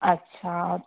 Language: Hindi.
अच्छा